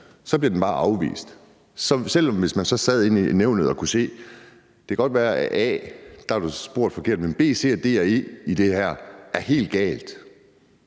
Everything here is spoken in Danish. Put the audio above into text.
så bliver klagen bare afvist, selv om man så sidder i nævnet og kan se, at det godt kan være, at i forhold til A blev der spurgt forkert, men B, C, D og E i det her er helt galt.